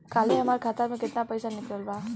काल्हे हमार खाता से केतना पैसा निकलल बा?